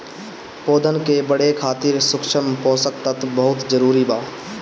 पौधन के बढ़े खातिर सूक्ष्म पोषक तत्व बहुत जरूरी बा